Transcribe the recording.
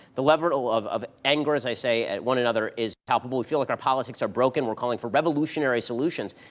the level of of anger, as i say, at one another is palpable. we feel like our politics are broken. we're calling for revolutionary solutions.